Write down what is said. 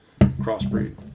crossbreed